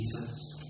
Jesus